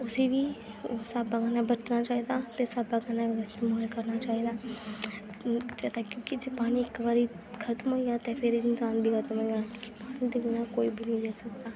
उस्सी बी स्हाबै कन्नै बरतना चाहिदा ते स्हाबै कन्नै इस्तेमाल करना चाहिदा जैदा क्योंकि जे पानी इक बारी खत्म होई गेआ ते फिर इंसान बी खत्म होई गेआ